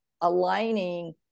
aligning